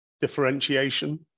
differentiation